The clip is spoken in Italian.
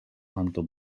manto